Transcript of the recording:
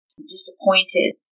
Disappointed